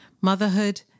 motherhood